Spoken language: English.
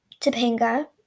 Topanga